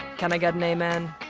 can i get an amen?